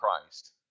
Christ